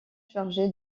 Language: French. chargé